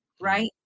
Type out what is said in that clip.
right